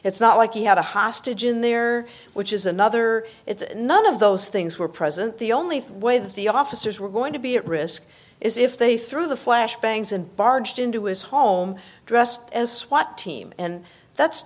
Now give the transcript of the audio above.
it's not like he had a hostage in there which is another it's none of those things were present the only way that the officers were going to be at risk is if they threw the flash bangs and barged into his home dressed as swat team and that's